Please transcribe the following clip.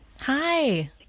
Hi